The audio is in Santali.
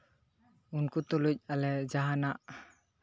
ᱩᱱᱠᱩ ᱛᱩᱞᱩᱡ ᱟᱞᱮ ᱡᱟᱦᱟᱱᱟᱜ